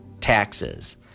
taxes